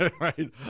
right